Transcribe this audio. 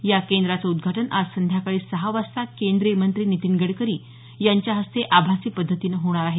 या केंद्राचं उद्घाटन आज संध्याकांळी सहा वाजता केंद्रीय मंत्री नितीन गडकरी यांच्या हस्ते आभासी पद्धतीनं होणार आहे